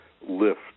lift